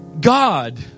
God